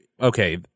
Okay